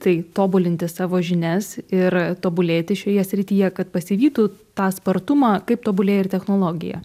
tai tobulinti savo žinias ir tobulėti šioje srityje kad pasivytų tą spartumą kaip tobulėja ir technologija